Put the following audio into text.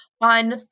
on